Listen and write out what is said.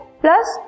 plus